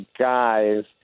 guys